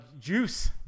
juice